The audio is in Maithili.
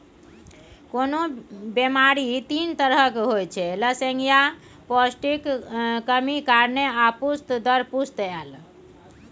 कोनो बेमारी तीन तरहक होइत छै लसेंगियाह, पौष्टिकक कमी कारणेँ आ पुस्त दर पुस्त आएल